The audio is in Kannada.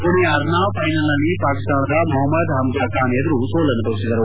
ಪುಣೆಯ ಅರ್ನಾವ್ ಫೈನಲ್ನಲ್ಲಿ ಪಾಕಿಸ್ತಾನದ ಮೊಹಮ್ನದ್ ಹಮ್ಜಾ ಖಾನ್ ಎದುರು ಸೋಲನುಭವಿಸಿದರು